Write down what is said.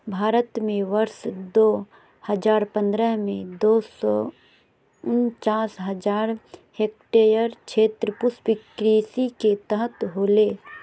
भारत में वर्ष दो हजार पंद्रह में, दो सौ उनचास हजार हेक्टयेर क्षेत्र पुष्पकृषि के तहत होले